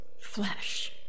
flesh